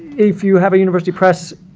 if you have a university press,